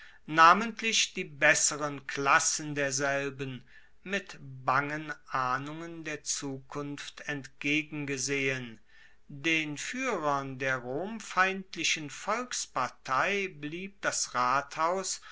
namentlich die besseren klassen derselben mit bangen ahnungen der zukunft entgegengesehen den fuehrern der rom feindlichen volkspartei blieb das rathaus